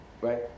right